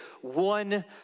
one